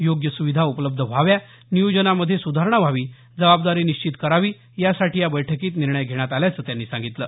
योग्य सुविधा उपलब्ध व्हाव्या नियोजनामध्ये सुधारणा व्हावी जबाबदारी निश्चित करावी यासाठी या बैठकीत निर्णय घेण्यात आल्याचं त्यांनी सांगितलं